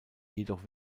jedoch